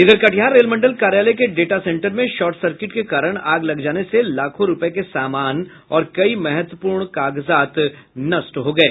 इधर कटिहार रेल मंडल कार्यालय के डेटा सेंटर में शार्ट सर्किट के कारण आग लग जाने से लाखों रुपये के सामान और कई महत्वपूर्ण कागजात नष्ट हो गये